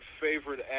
favorite